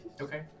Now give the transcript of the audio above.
Okay